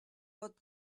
pot